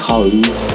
Cove